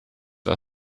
are